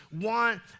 want